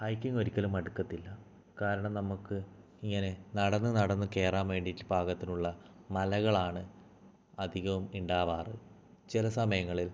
hiking ഒരിക്കലും മടുക്കത്തില്ല കാരണം നമുക്ക് ഇങ്ങനെ നടന്ന് നടന്ന് കയറാൻ വേണ്ടിയിട്ട് പാകത്തിനുള്ള മലകളാണ് അധികവും ഉണ്ടാകാറ് ചില സമയങ്ങളിൽ